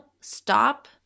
stop